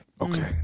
okay